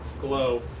glow